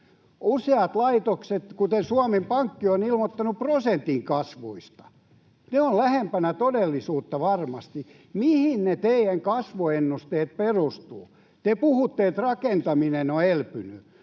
Useat laitokset, kuten Suomen Pankki, ovat ilmoittaneet prosentin kasvusta. Ne ovat lähempänä todellisuutta varmasti. Mihin ne teidän kasvuennusteenne perustuvat? Te puhutte, että rakentaminen on elpynyt.